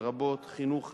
לרבות חינוך,